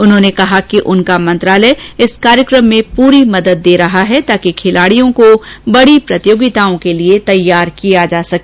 उन्होंने कहा कि उनका मंत्रालय इस कार्यक्रम में पूरी मदद दे रहा है ताकि खिलाडियों को बड़ी प्रतियोगिताओं के लिए तैयार किया जा सके